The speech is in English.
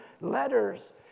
letters